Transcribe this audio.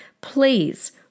please